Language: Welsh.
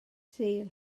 sul